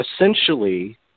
essentially